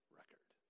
record